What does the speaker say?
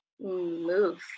move